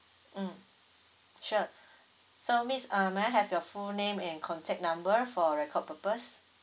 mm sure so miss um may I have your full name and contact number for record purpose